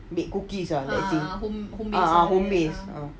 bake cookies ah let's say ah ah home based ah